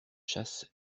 chasse